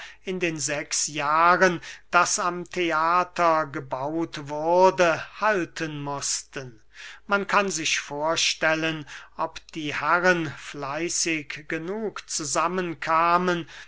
in den sechs jahren daß am theater gebaut wurde halten mußten man kann sich vorstellen ob die herren fleißig genug